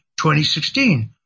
2016